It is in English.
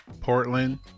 Portland